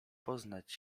poznać